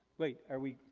wait are we.